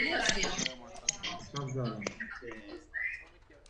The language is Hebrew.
איפה נציגי האוצר?